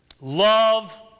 Love